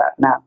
now